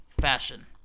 fashion